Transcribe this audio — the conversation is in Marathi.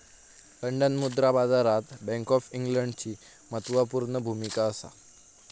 लंडन मुद्रा बाजारात बॅन्क ऑफ इंग्लंडची म्हत्त्वापूर्ण भुमिका असा